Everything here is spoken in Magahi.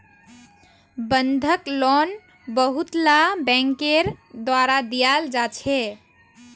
बंधक लोन बहुतला बैंकेर द्वारा दियाल जा छे